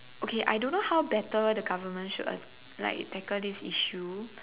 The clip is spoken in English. okay I don't know how better the government should a~ like tackle this issue